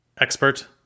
expert